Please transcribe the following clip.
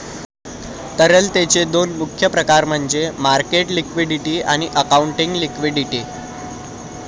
तरलतेचे दोन मुख्य प्रकार म्हणजे मार्केट लिक्विडिटी आणि अकाउंटिंग लिक्विडिटी